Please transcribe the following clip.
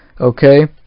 Okay